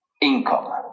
income